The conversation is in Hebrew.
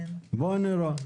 נראה.